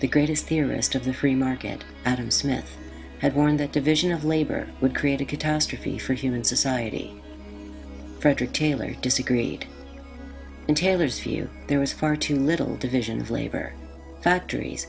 the greatest theorist of the free market adam smith had warned the division of labor would create a catastrophe for human society frederick taylor disagreed and taylor's view there was far too little division of labor factories